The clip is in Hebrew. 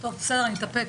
בסדר, אני אתאפק.